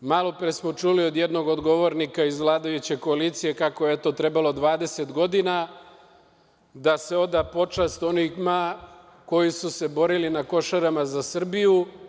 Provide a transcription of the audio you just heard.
Malopre smo čuli od jednog govornika iz vladajuće koalicije kako je trebalo 20 godina da se oda počast onima koji su se borili na Košarama za Srbiju.